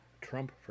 Trump